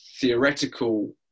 theoretical